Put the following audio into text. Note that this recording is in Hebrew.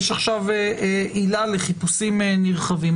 יש עכשיו עילה לחיפושים נרחבים.